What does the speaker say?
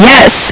Yes